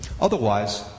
otherwise